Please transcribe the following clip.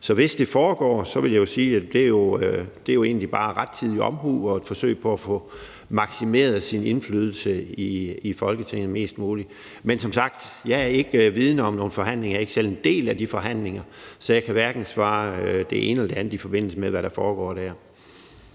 Så hvis det foregår, vil jeg jo sige, at det egentlig bare er rettidig omhu og et forsøg på at få maksimeret sin indflydelse i Folketinget mest muligt. Men jeg er som sagt ikke vidende om nogen forhandlinger, og jeg er ikke selv en del af de forhandlinger, så jeg kan hverken svare det ene eller det andet, i forbindelse med hvad der foregår der.